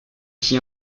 qui